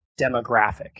demographic